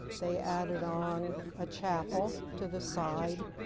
they added on a chapel to the side,